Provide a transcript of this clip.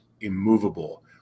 immovable